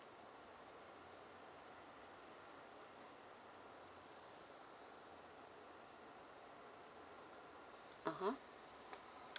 (uh huh)